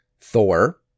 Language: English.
Thor